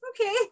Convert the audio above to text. okay